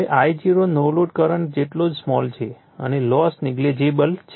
હવે I0 નો load current જેટલો જ સ્મોલ છે અને લોસ નેગલિજિબલ છે